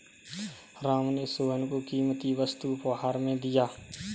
राम ने सोहन को कीमती वस्तु उपहार में दिया